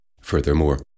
Furthermore